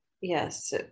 Yes